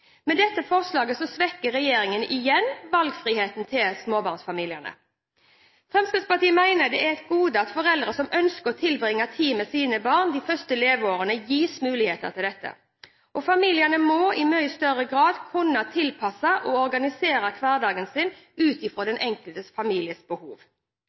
Med dette forslaget svekker regjeringen igjen valgfriheten for småbarnsfamiliene. Fremskrittspartiet mener det er et gode at foreldre som ønsker å tilbringe tid med sine barn de første leveårene, gis muligheter til dette. Familiene må i mye større grad kunne tilpasse og organisere hverdagen sin ut fra den enkelte families behov.